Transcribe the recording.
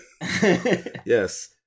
Yes